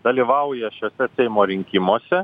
dalyvauja šiuose seimo rinkimuose